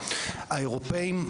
על האירופאים,